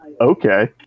Okay